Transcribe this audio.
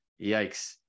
yikes